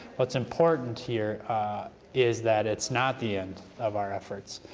what's important here is that it's not the end of our efforts,